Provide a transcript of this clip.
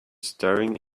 staring